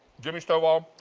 jimmy, so while